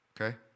Okay